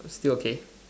still okay